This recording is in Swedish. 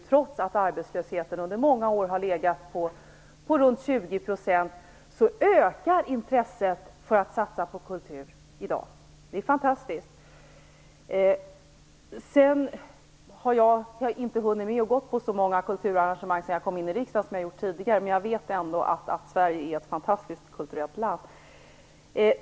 Trots att arbetslösheten under många år har legat runt 20 % ökar intresset för att satsa på kultur i dag. Det är fantastiskt. Jag har inte hunnit med att gå på så många kulturarrangemang sedan jag kom in i riksdagen som jag gjort tidigare, men jag vet ändå att Sverige är ett fantastiskt kulturellt land.